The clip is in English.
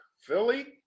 Philly